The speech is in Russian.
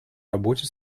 работе